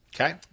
Okay